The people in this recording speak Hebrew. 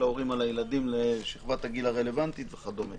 ההורים על הילדים לשכבת הגיל הרלוונטית וכו'.